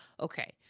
Okay